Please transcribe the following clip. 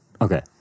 Okay